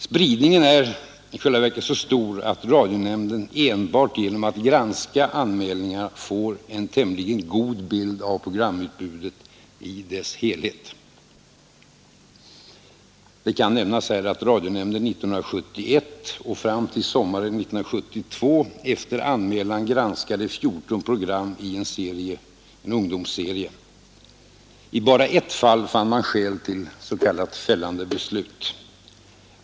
Spridningen är i själva verket så stor att radionämnden enbart genom att granska anmälningarna får en tämligen god bild av programutbudet i dess helhet. Det kan nämnas att radionämnden år 1971 och fram till sommaren 1972 efter anmälan granskade 14 program i en ungdomsserie. I bara ett fall fann man skäl till s.k. fällande beslut.